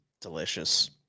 Delicious